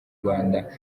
rwanda